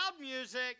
music